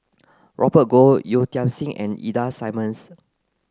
Robert Goh Yeo Tiam Siew and Ida Simmons